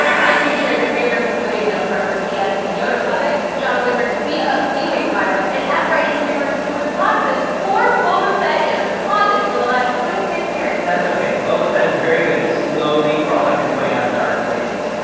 tons of you shared your favorites including niels revers esb yoda puppet, john witmer's beat up b-wing pilot, and writingdreamers who has locked this poor boba fett in a closet for the last twenty six years. that's okay. boba fett is very good at slowly crawling his way out of dark places.